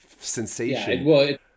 sensation